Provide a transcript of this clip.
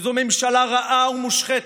כי זו ממשלה רעה ומושחתת,